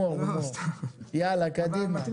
עכשיו אני חושב